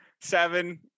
Seven